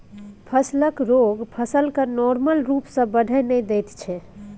फसलक रोग फसल केँ नार्मल रुप सँ बढ़य नहि दैत छै